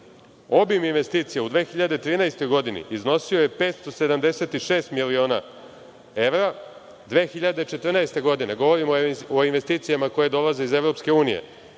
obim investicija u 2013. godini iznosio je 576 miliona evra, 2014. godine, govorimo o investicijama koje dolaze iz EU,